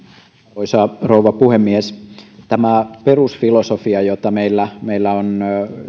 arvoisa rouva puhemies pidän ongelmallisena tätä perusfilosofiaa joka meillä on ollut